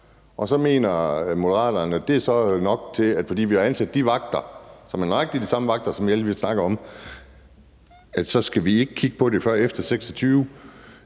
og så mener Moderaterne, at det er nok. For vi har ansat de vagter, som er nøjagtig de samme vagter, som der snakkes om, og så skal vi ikke kigge på det før efter 2026.